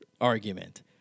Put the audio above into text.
argument